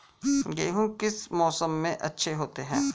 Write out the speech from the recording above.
गेहूँ किस मौसम में अच्छे होते हैं?